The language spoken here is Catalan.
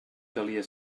calia